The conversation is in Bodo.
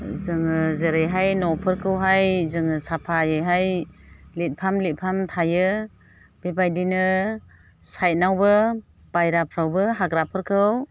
जोङो जेरैहाय न'फोरखौ जोङो साफायै लिरफाम लिरफाम थायो बेबायदिनो साइडआवबो बायहेराफ्रावबो हाग्राफोरखौ